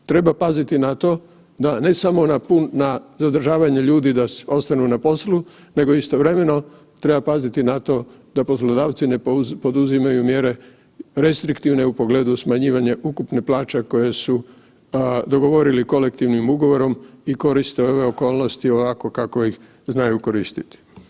Treba paziti na to da ne samo na zadržavanje ljudi da ostanu na poslu nego istovremeno treba paziti na to da poslodavci ne poduzimaju mjere restriktivne u pogledu smanjivanja ukupnih plaća koje su dogovorili kolektivnim ugovorom i koriste ove okolnosti ovako kako ih znaju koristit.